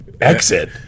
exit